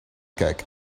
cock